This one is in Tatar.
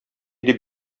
дип